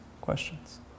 questions